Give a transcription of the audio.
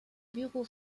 bureaux